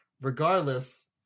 Regardless